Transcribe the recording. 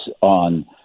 on